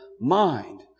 mind